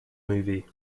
movie